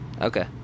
Okay